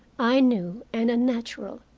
i knew, and unnatural.